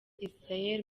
israel